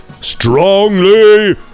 strongly